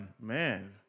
Man